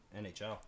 NHL